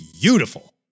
beautiful